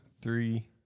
three